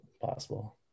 possible